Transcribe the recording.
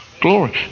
Glory